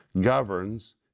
governs